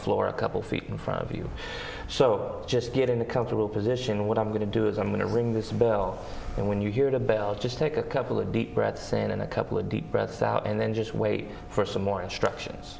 floor a couple feet in front of you so just get in a comfortable position what i'm going to do is i'm going to ring this bell and when you hear the bell just take a couple of deep breaths and a couple of deep breath out and then just wait for some more instructions